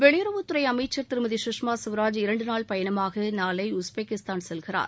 வெளியுறவுத்துறை அமைச்சர் திருமதி சுஷ்மா சுவராஜ் இரண்டு நாள் பயணமாக நாளை உஸ்பெகிஸ்தான் செல்கிறார்